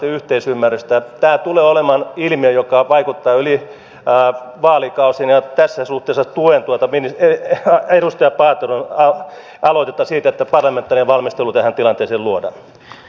tämä tulee olemaan ilmiö joka vaikuttaa yli vaalikausien ja tässä suhteessa tuen tuota edustaja paateron aloitetta siitä että parlamentaarinen valmistelu tähän tilanteeseen luodaan